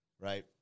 Right